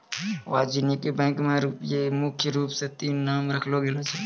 वाणिज्यिक बैंक र मुख्य रूप स तीन नाम राखलो गेलो छै